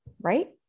right